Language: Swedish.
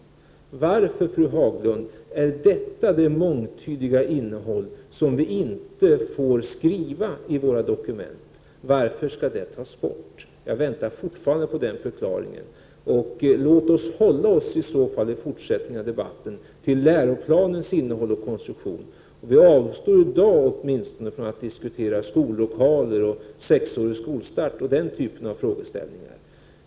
Varför, fru Haglund, får vi inte skriva om detta mångtydiga innehåll i våra dokument? Varför skall de tas bort? Jag väntar fortfarande på förklaring. Låt oss hålla oss i fortsättningen av denna debatt till läroplanens innehåll och avstå åtminstone i dag från att diskutera skollokaler, skolstart vid sex års ålder och den typen av frågeställningar.